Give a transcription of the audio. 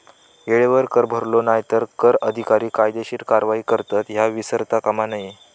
येळेवर कर भरलो नाय तर कर अधिकारी कायदेशीर कारवाई करतत, ह्या विसरता कामा नये